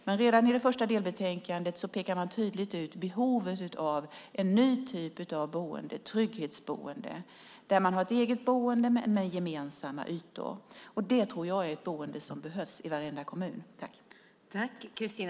Men redan i det första delbetänkandet pekar man tydligt ut behovet av en ny typ av boende, trygghetsboende - ett eget boende men med gemensamma ytor. Det tror jag är ett boende som behövs i varenda kommun.